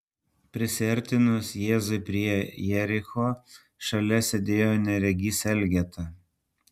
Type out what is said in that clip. prisiartinus jėzui prie jericho šalia kelio sėdėjo neregys elgeta